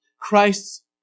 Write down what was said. Christ's